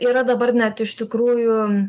yra dabar net iš tikrųjų